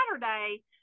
saturday